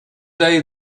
day